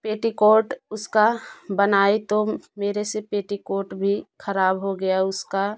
petticoat उसका बनाए तो मेरे से पेटीकोट भी खराब हो गया उसका